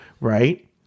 right